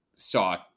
saw